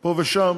פה ושם,